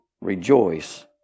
Rejoice